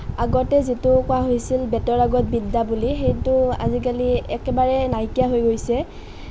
আগতে যিটো কোৱা হৈছিল বেটৰ আগত বিদ্যা বুলি সেই টো আজিকালি একেবাৰে নাইকিয়া হৈ গৈছে